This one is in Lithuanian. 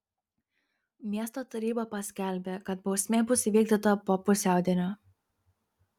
miesto taryba paskelbė kad bausmė bus įvykdyta po pusiaudienio